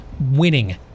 winning